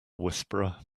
whisperer